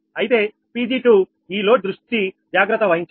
అయితే Pg2 ఈ load దృష్టి జాగ్రత్త వహించాలి